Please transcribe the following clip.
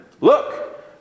Look